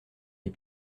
les